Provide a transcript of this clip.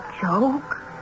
joke